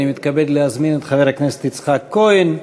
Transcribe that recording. אני מתכבד להזמין את חבר הכנסת יצחק כהן,